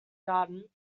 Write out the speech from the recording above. garden